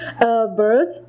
bird